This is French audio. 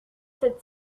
cette